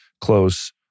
close